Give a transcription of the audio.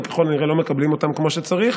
הם ככל הנראה לא מקבלים אותם כמו שצריך,